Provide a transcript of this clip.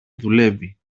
δουλεύει